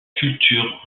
culture